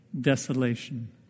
desolation